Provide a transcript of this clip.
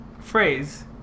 Phrase